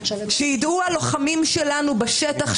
שיידעו הלוחמים שלנו בשטח,